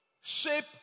shape